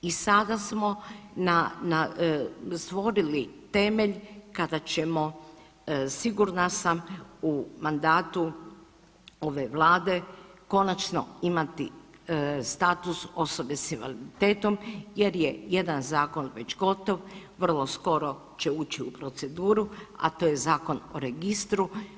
I sada smo na stvorili temelj kada ćemo, sigurna sam, u mandatu ove Vlade konačno imati status osobe s invaliditetom jer je jedan zakon već gotov, vrlo skoro će ući u proceduru, a to je Zakon o registru.